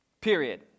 period